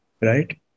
right